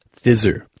thizzer